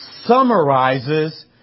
Summarizes